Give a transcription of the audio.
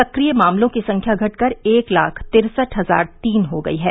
सक्रिय मामलों की संख्या घट कर एक लाख तिरसठ हजार तीन हो गयी है